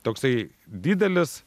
toksai didelis